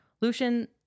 Lucian